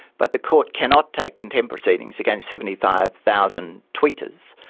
but the court cannot take contempt proceedings against seventy five thousand tweeters,